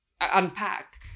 unpack